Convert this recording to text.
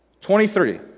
Twenty-three